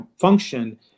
function